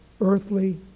earthly